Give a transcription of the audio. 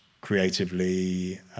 creatively